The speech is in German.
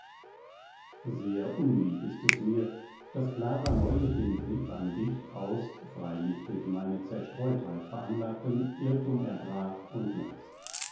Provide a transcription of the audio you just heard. sehr unlieb ist es mir daß clara neulich den brief an dich aus freilich durch meine zerstreutheit veranlagtem irrtum erbrach und las